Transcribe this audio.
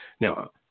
Now